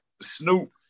Snoop